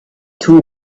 two